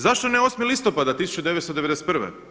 Zašto ne 8. listopada 1991.